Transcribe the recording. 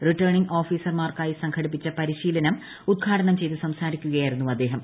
returning ഓഫീസർമാർക്കായി സംഘടിപ്പിച്ച പരിശീലനം ഉദ്ഘാടനം ചെയ്തു സംസാരിക്കുകയായിരുന്നു അദ്ദേഹം